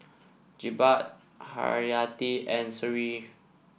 Jebat Haryati and Sofea